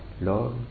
Lord